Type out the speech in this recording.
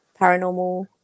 paranormal